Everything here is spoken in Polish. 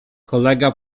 kolega